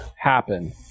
happen